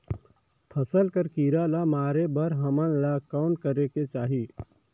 फसल कर कीरा ला मारे बर हमन ला कौन करेके चाही?